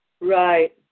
Right